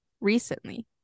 recently